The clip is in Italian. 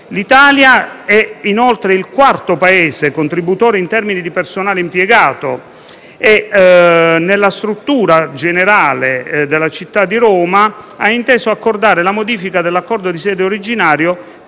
L'Italia è inoltre il quarto Paese contributore in termini di personale impiegato e nella struttura generale della città di Roma ha inteso accordare la modifica dell'Accordo di sede originario